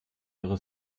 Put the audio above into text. ihre